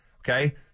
Okay